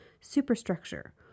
superstructure